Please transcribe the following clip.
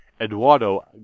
Eduardo